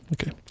okay